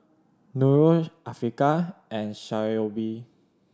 Nura Afiqah and Shoaib